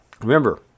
Remember